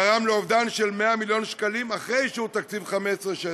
גרם לאובדן של 100 מיליון שקלים אחרי אישור תקציב 2015 2016,